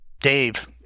Dave